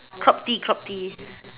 crop tee crop tee